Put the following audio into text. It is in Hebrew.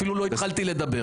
אפילו לא התחלתי לדבר.